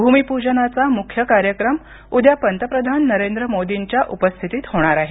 भूमिपूजनाचा मुख्य कार्यक्रम उद्या पंतप्रधान नरेंद्र मोदींच्या उपस्थितीत होणार आहे